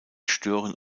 stören